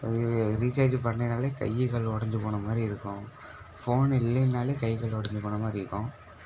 recharge பண்ணலின்னாலே கை கால் உடஞ்சிப் போன மாறிருக்கும் ஃபோன் இல்லேன்னாலே கை கால் உடஞ்சிப் போன மாரி இருக்கும்